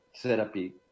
therapy